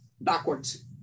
Backwards